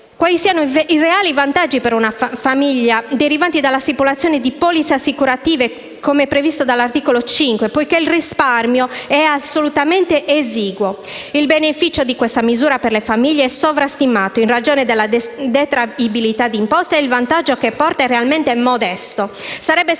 quali siano i reali vantaggi per una famiglia derivanti dalla stipula di polizze assicurative, come previsto dall'articolo 5, poiché il risparmio è assolutamente esiguo. Il beneficio di questa misura per le famiglie è sovrastimato in ragione della detraibilità di imposta e il vantaggio che porta è realmente modesto.